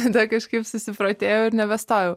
tada kažkaip susiprotėjau ir nebestojau